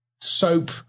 soap